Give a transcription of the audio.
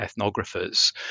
ethnographers